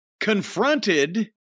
confronted